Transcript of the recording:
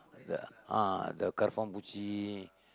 the ah the கரப்பான்பூச்சி:karappaanpuuchsi